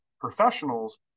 professionals